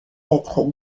être